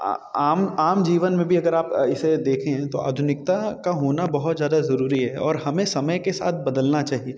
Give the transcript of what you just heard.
आम जीवन में भी आप इसे देखें तो आधुनिकता का होना बहुत ज़्यादा जरूरी है और हमें समय के साथ बदलना चाहिए